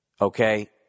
Okay